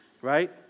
right